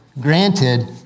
granted